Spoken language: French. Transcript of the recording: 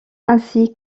ainsi